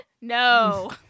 No